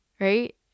right